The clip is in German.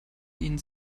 ihnen